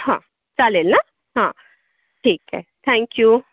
हां चालेल ना हां ठीक आहे थँक यू